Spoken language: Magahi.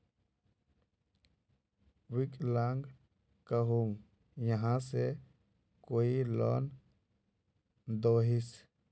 विकलांग कहुम यहाँ से कोई लोन दोहिस?